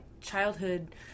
childhood